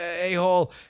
a-hole